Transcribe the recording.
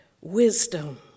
wisdom